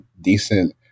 decent